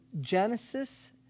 Genesis